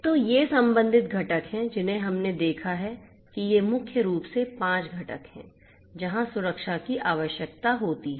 तो ये संबंधित घटक हैं जिन्हें हमने देखा है कि ये मुख्य रूप से 5 घटक हैं जहां सुरक्षा की आवश्यकता होती है